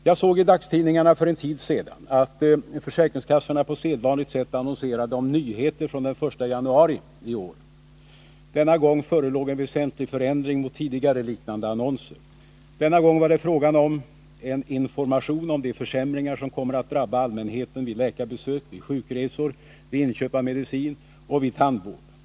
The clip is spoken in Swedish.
Jag såg i dagstidningarna för en tid sedan att försäkringskassorna på sedvanligt sätt annonserade om nyheter från den 1 januari i år. Denna gång förelåg en väsentlig förändring mot tidigare liknande annonser. Denna gång var det fråga om en information om de försämringar som kommer att drabba allmänheten vid läkarbesök, vid sjukresor, vid inköp av medicin och vid tandvård.